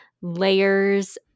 layers